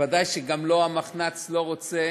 ודאי שלא המחנ"צ, לא רוצה